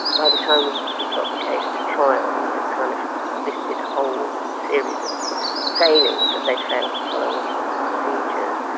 by the time we we got the case to trial we had kind of listed a whole series of failings that they'd failed to follow all sorts of procedures.